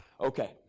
Okay